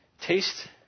Taste